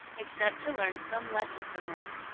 except to learn some lesson from them,